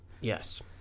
Yes